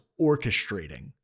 orchestrating